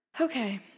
Okay